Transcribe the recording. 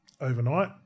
overnight